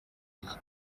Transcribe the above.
rye